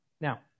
Now